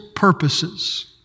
purposes